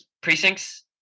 precincts